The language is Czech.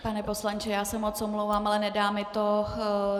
Pane poslanče, já se moc omlouvám, ale nedá mi to.